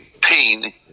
pain